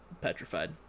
petrified